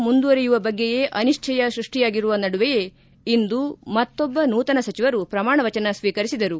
ಶ್ರೀಲಂಕಾ ಸರ್ಕಾರ ಮುಂದುವರೆಯುವ ಬಗ್ಗೆಯೇ ಅನಿಶ್ಚಯ ಸೃಷ್ಟಿಯಾಗಿರುವ ನಡುವೆಯೇ ಇಂದು ಮತ್ತೊಬ್ಬ ನೂತನ ಸಚಿವರು ಪ್ರಮಾಣ ವಚನ ಸ್ವೀಕರಿಸಿದರು